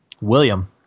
William